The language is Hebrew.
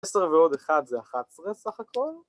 10 ועוד 1 זה 11 סך הכל